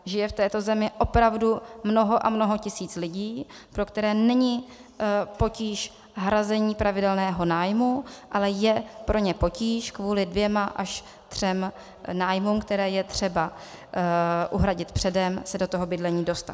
Žije v této zemi opravdu mnoho a mnoho tisíc lidí, pro které není potíž hrazení pravidelného nájmu, ale je pro ně potíž kvůli dvěma až třem nájmům, které je třeba uhradit předem, se do toho bydlení dostat.